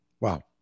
Wow